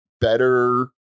better